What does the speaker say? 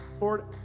Lord